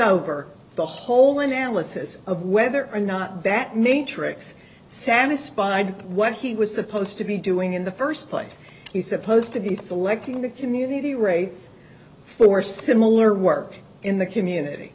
over the whole analysis of whether or not that matrix satisfied what he was supposed to be doing in the first place he supposed to be selecting the community rates for similar work in the community